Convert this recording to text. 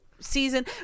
season